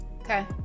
Okay